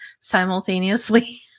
simultaneously